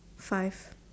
five